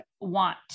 want